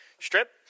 Strip